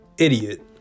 Idiot